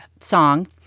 song